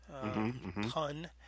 pun